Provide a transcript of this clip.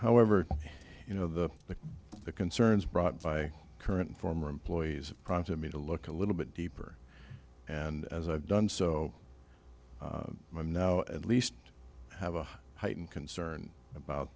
however you know the the the concerns brought by current former employees prompted me to look a little bit deeper and as i've done so i'm now at least have a heightened concern